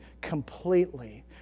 completely